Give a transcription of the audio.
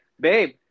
Babe